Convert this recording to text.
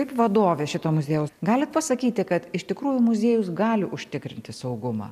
kaip vadovė šito muziejaus galit pasakyti kad iš tikrųjų muziejus gali užtikrinti saugumą